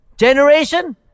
Generation